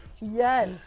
Yes